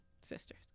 sisters